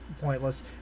pointless